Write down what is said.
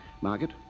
Margaret